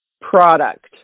product